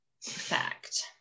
fact